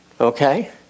Okay